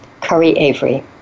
Curry-Avery